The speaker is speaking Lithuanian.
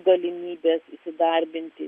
galimybės įsidarbinti